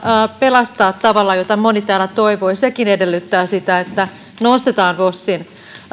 pelastaa tavalla jota moni täällä toivoo niin sekin edellyttää sitä että nostetaan vosin